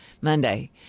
Monday